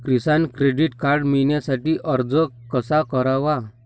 किसान credit card मिळवण्यासाठी अर्ज कसा करावा?